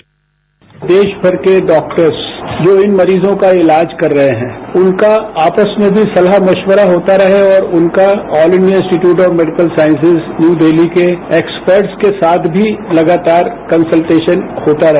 bite Harshvardhan देशमर के doctors जो उन मरीजों का इलाज कर रहे हैं उनका आपस में भी सलाह मश्विरा होता रहे और उनका All India Institute of Medical Sciences New Delhi के एक्स्पर्ट के साथ भी लगातार कंसलटेशन होता रहे